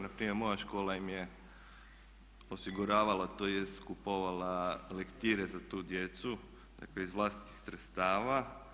Na primjer moja škola im je osiguravala tj. kupovala lektire za tu djecu, dakle iz vlastitih sredstava.